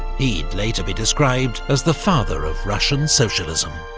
he'd later be described as the father of russian socialism.